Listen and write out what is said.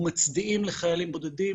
אנחנו מצדיעים לחיילים בודדים,